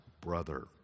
brother